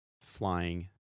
flying